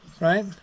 right